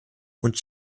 und